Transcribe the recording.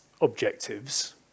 objectives